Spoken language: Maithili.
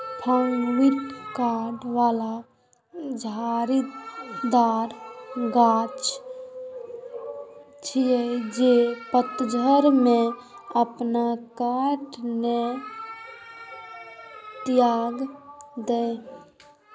सॉफ्टवुड कांट बला झाड़ीदार गाछ छियै, जे पतझड़ो मे अपन कांट नै त्यागै छै